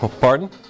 Pardon